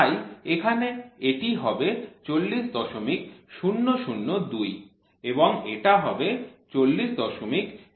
তাই এইখানে এটি হবে ৪০০০২ এবং এটা হবে ৪০০০৮